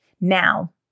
Now